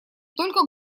только